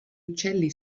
uccelli